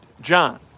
John